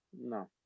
no